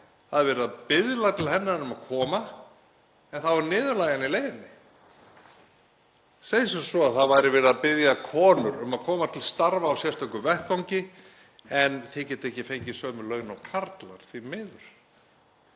Það er verið að biðla til hennar um að koma en það á að niðurlægja hana í leiðinni. Segjum sem svo að það væri verið að biðja konur um að koma til starfa á sérstökum vettvangi — en þið getið ekki fengið sömu laun og karlar, því miður.